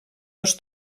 dos